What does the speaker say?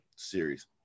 series